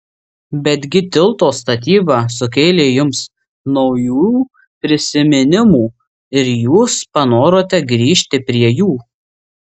betgi tilto statyba sukėlė jums naujų prisiminimų ir jūs panorote grįžt prie jų